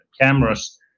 cameras